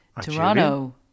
Toronto